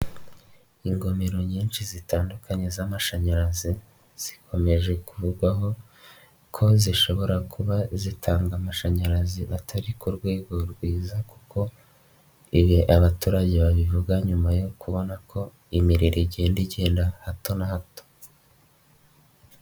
Ingomero nyinshi zitandukanye z'amashanyarazi zikomeje kuvugwaho ko zishobora kuba zitanga amashanyarazi atari ku rwego rwiza kuko ibi abaturage babivuga nyuma yo kubona ko imiriro igenda igenda hato na hato.